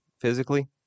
physically